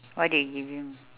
what do you give him